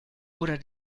oder